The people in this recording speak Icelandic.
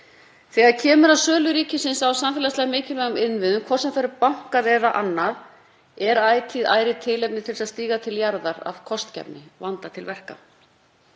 Þegar kemur að sölu ríkisins á samfélagslega mikilvægum innviðum, hvort sem það eru bankar eða annað, er ætíð ærið tilefni til að vinna það af kostgæfni og vanda til verka.